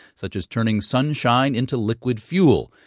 such as turning sunshine into liquid fuel.